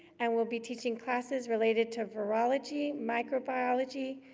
and will be teaching classes related to virology, microbiology,